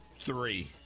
three